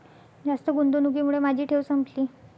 जास्त गुंतवणुकीमुळे माझी ठेव संपली